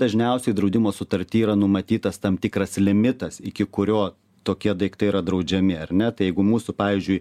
dažniausiai draudimo sutarty yra numatytas tam tikras limitas iki kurio tokie daiktai yra draudžiami ar ne tai jeigu mūsų pavyzdžiui